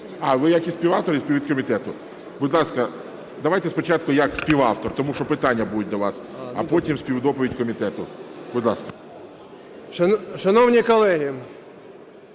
А, ви як і співавтор, і від комітету. Будь ласка, давайте спочатку як співавтор, тому що питання будуть до вас, а потім співдоповідь комітету. Будь ласка. 11:24:24